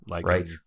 Right